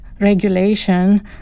regulation